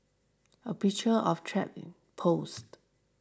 a picture of trap posted